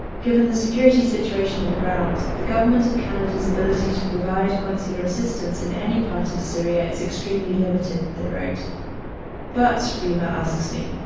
given the security situation on the ground, the government of canada's ability to provide consular assistance in any part of syria is extremely limited, they wrote but, reema asks me,